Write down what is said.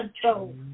control